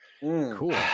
Cool